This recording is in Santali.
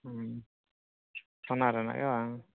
ᱦᱚᱸ ᱥᱚᱱᱟ ᱨᱮᱱᱟᱜ ᱜᱮ ᱵᱟᱝ